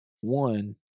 one